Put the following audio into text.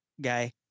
guy